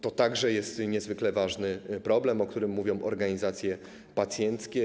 To także jest niezwykle ważny problem, o którym mówią organizacje pacjenckie.